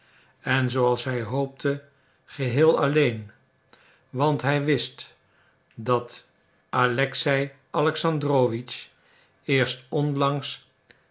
en zooals hij hoopte geheel alleen want hij wist dat alexei alexandrowitsch eerst onlangs